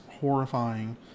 horrifying